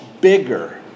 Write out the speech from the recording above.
bigger